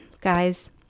guys